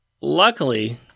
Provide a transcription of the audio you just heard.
luckily